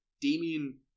Damien